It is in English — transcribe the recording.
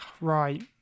Right